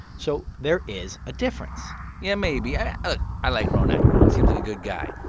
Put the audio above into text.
so there is a difference yeah, maybe. i ah i like ronak seems like a good guy.